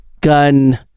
gun